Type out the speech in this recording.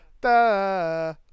Da